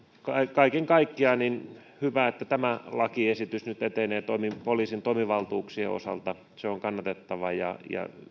kaiken kaikkiaan on hyvä että tämä lakiesitys nyt etenee ja toimii poliisin toimivaltuuksien osalta se on kannatettava ja